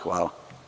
Hvala.